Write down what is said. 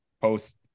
post